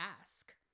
ask